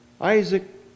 Isaac